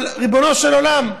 אבל ריבונו של עולם,